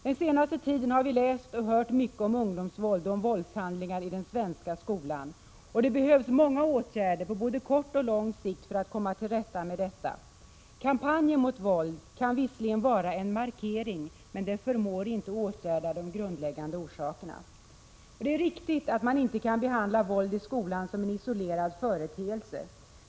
Den senaste tiden har vi läst och hört mycket om ungdomsvåld och om våldshandlingar i den svenska skolan. Det behövs många åtgärder på både kort och lång sikt för att komma till rätta med detta. Kampanjer mot våld kan visserligen vara en markering, men de förmår inte åtgärda de grundläggande orsakerna. Det är riktigt att man inte kan behandla våld i skolan som en isolerad företeelse.